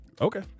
Okay